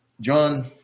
John